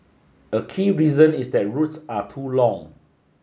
a key reason is that routes are too long